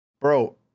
Bro